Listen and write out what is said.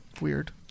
weird